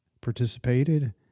participated